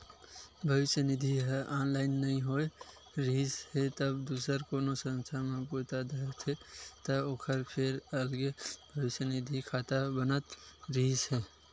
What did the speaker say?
भविस्य निधि ह ऑनलाइन नइ होए रिहिस हे तब दूसर कोनो संस्था म बूता धरथे त ओखर फेर अलगे भविस्य निधि खाता बनत रिहिस हे